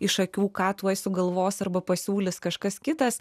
iš akių ką tuoj sugalvos arba pasiūlys kažkas kitas